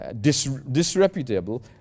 Disreputable